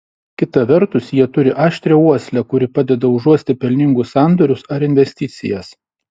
kita vertus jie turi aštrią uoslę kuri padeda užuosti pelningus sandorius ar investicijas